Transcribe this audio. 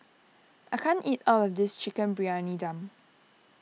I can't eat all of this Chicken Briyani Dum